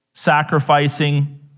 sacrificing